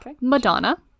Madonna